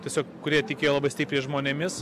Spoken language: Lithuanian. tiesiog kurie tikėjo labai stipriai žmonėmis